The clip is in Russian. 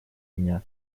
дня